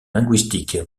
linguistique